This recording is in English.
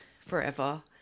forever